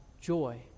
joy